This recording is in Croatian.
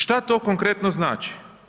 Šta to konkretno znači?